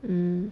mm